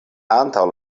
antaŭ